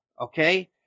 okay